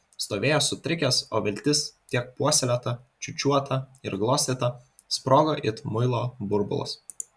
stovėjo sutrikęs o viltis tiek puoselėta čiūčiuota ir glostyta sprogo it muilo burbulas